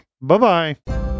Bye-bye